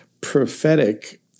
prophetic